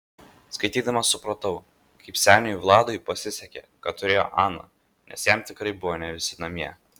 skaitydama supratau kaip seniui vladui pasisekė kad turėjo aną nes jam tikrai buvo ne visi namie